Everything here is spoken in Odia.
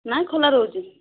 ନାଇଁ ଖୋଲା ରହୁଛି